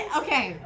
okay